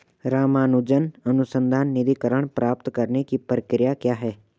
रामानुजन अनुसंधान निधीकरण प्राप्त करने की प्रक्रिया क्या है?